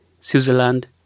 Switzerland